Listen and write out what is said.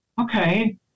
okay